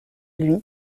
lui